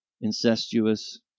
incestuous